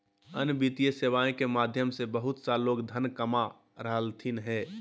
अन्य वित्तीय सेवाएं के माध्यम से बहुत सा लोग धन कमा रहलथिन हें